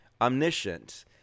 omniscient